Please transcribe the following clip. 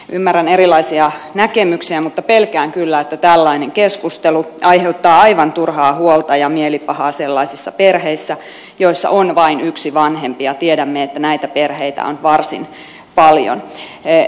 ymmärrän erilaisia näkemyksiä mutta pelkään kyllä että tällainen keskustelu aiheuttaa aivan turhaa huolta ja mielipahaa sellaisissa perheissä joissa on vain yksi vanhempi ja tiedämme että näitä perheitä on varsin paljon